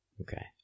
Okay